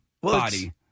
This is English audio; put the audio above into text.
body